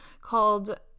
called